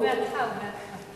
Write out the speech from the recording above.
בעדך, בעדך.